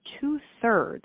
two-thirds